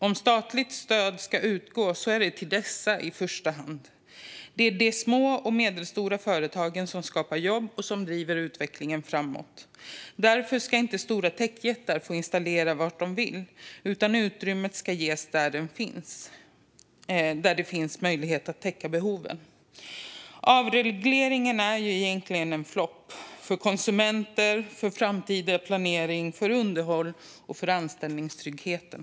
Om statligt stöd ska utgå ska det gå till dessa i första hand. Det är de små och medelstora företagen som skapar jobb och driver utvecklingen framåt. Därför ska inte stora techjättar få installera var de vill, utan utrymmet ska ges där det finns möjlighet att täcka behoven. Avregleringen är egentligen en flopp för konsumenter, framtida planering, underhåll och anställningstryggheten.